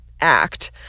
act